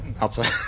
outside